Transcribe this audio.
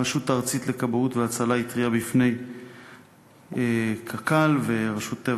הרשות הארצית לכבאות והצלה התריעה בפני קק"ל ורשות הטבע